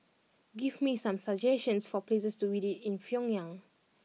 give me some suggestions for places to visit in Pyongyang